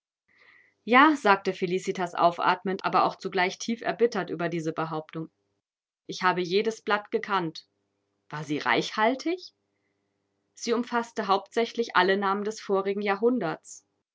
ja sagte felicitas aufatmend aber auch zugleich tief erbittert über diese behauptung ich habe jedes blatt gekannt war sie reichhaltig sie umfaßte hauptsächlich alle namen des vorigen jahrhunderts